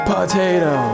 Potato